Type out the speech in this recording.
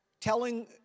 telling